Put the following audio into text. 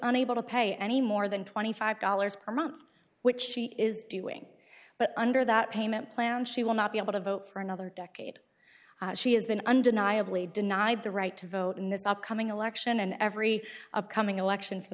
on able to pay any more than twenty five dollars per month which she is doing but under that payment plan she will not be able to vote for another decade she has been undeniably denied the right to vote in this upcoming election and every upcoming election